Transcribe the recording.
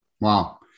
Wow